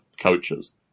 coaches